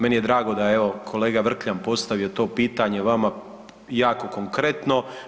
Meni je drago da je evo kolega Vrkljan postavio to pitanje vama jako konkretno.